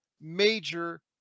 major